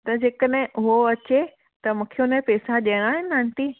त जे कॾहें हुवो अचे त मुखे हुनया पैसा ॾियणा अइनि आंटी